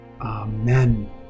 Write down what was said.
Amen